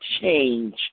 change